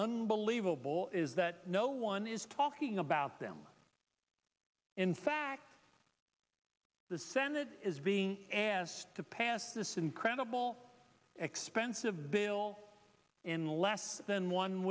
bull is that no one is talking about them in fact the senate is being asked to pass this incredible expensive bill in less than one